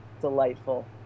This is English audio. delightful